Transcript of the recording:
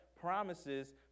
promises